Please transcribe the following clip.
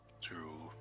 True